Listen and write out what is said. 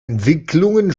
entwicklungen